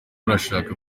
arashaka